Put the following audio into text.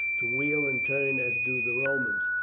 to wheel and turn as do the romans,